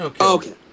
Okay